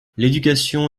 l’éducation